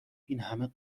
اینهمه